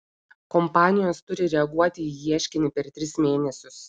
kompanijos turi reaguoti į ieškinį per tris mėnesius